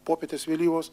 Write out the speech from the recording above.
popietės vėlyvos